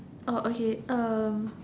oh okay um